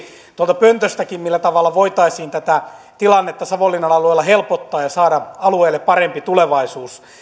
tuolta pöntöstäkin millä tavalla voitaisiin tätä tilannetta savonlinnan alueella helpottaa ja saada alueelle parempi tulevaisuus